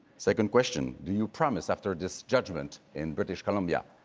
second question, do you promise after this judgment in british columbia,